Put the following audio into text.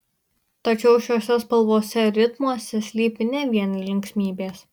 tačiau šiose spalvose ir ritmuose slypi ne vien linksmybės